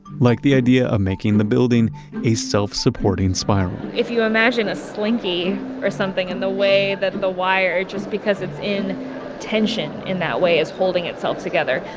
like the idea of making the building a self-supporting spiral if you imagine a slinky or something in the way that the wire, just because it's in tension in that way, is holding itself together.